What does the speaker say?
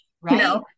Right